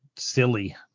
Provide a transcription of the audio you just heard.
silly